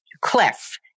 clef